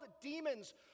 demons